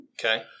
Okay